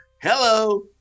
Hello